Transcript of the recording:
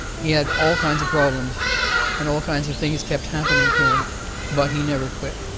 he had all kinds of problems and all kinds of things kept happening to him but he never quit.